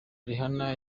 rihanna